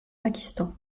pakistan